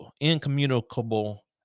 incommunicable